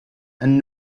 and